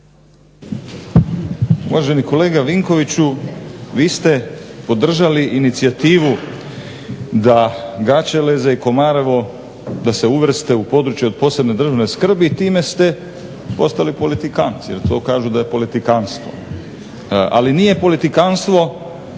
Uvaženi kolega Vinkoviću vi ste podržali inicijativu da Gaćeleze i Komarevo da se uvrste u područje od posebne državne skrbi i time ste postali politikant jer kažu da je to politikanstvo. Ali nije politikanstvo